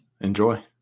Enjoy